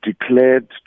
declared